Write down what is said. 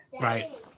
Right